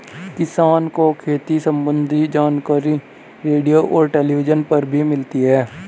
किसान को खेती सम्बन्धी जानकारी रेडियो और टेलीविज़न पर मिलता है